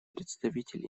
представитель